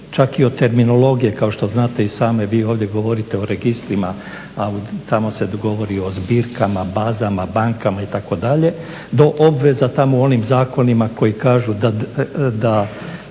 čak i od terminologije kao što znate i sami, vi ovdje govorite o registrima a tamo se govori o zbirkama, bazama, bankama itd., do obveza tamo u onim zakonima koji kažu da